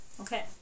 Okay